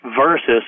versus